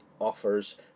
offers